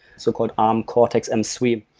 so called arm cortex m three.